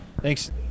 Thanks